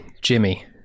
Jimmy